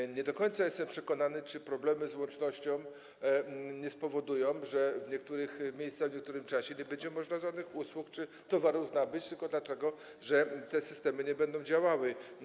Nie jestem do końca przekonany, czy problemy z łącznością nie spowodują, że w niektórych miejscach, w niektórym czasie nie będzie można żadnych usług ani towarów nabyć tylko dlatego, że te systemy nie będą działały.